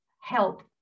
help